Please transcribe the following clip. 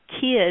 kids